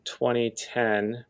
2010